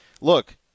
look